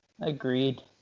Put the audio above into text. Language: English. Agreed